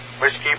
Whiskey